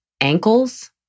ankles